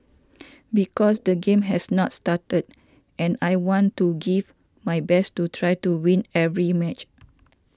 because the game has not started and I want to give my best to try to win every match